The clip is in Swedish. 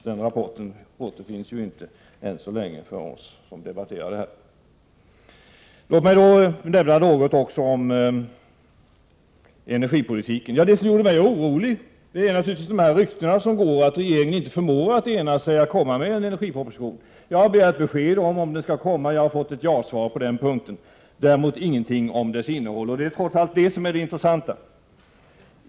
Den rapporten finns ju än så länge inte tillgänglig för oss som debatterar det här. Låt mig också nämna något om energipolitiken. Det som gjorde mig orolig är naturligtvis de rykten som går om att regeringen inte förmår att ena sig och komma med en energiproposition. Jag har begärt besked om huruvida en sådan skall komma. Jag har fått ett jakande svar på den frågan. Jag har däremot inte fått något besked om dess innehåll, och det är trots allt detta som är det intressanta.